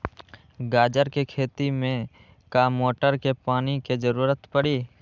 गाजर के खेती में का मोटर के पानी के ज़रूरत परी?